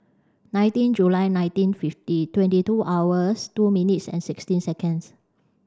nineteen July nineteen fifty twenty two hours two minutes and sixteen seconds